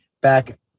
back